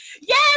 yes